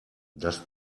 das